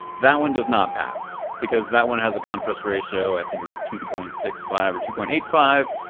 that one does not pass. because that one has a contrast ratio. i think it was two point six five or two point eight five.